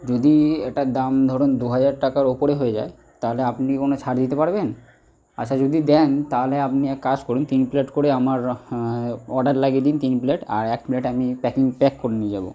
যদি এটার দাম ধরুন দুহাজার টাকার ওপরে হয়ে যায় তাহলে আপনি কোনো ছাড় দিতে পারবেন আচ্ছা যদি দেন তাহলে আপনি এক কাজ করুন তিন প্লেট করে আমার অর্ডার লাগিয়ে দিন তিন প্লেট আর এক প্লেট আমি প্যাকিং প্যাক করে নিয়ে যাব